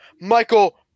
Michael